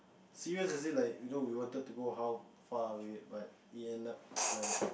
serious is it like you know we want to go how far but we end up like